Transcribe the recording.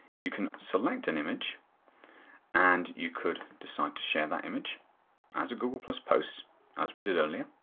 you can select an image and you could decide to share that image as a google post post as we did earlier.